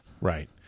Right